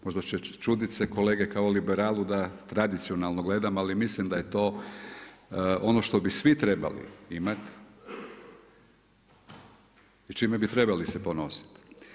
Možda će se čuditi kolege kao liberalu da tradicionalno gledam, ali mislim da je to ono što bi svi trebali imati i čime bi trebali se ponositi.